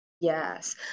yes